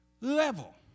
level